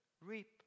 reap